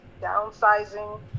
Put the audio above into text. downsizing